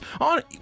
on